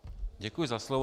Děkuji za slovo.